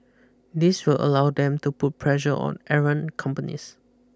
this will allow them to put pressure on errant companies